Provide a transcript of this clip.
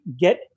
get